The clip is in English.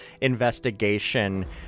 investigation